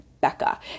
Becca